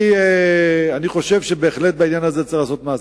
אני חושב שבעניין הזה צריך לעשות מעשה.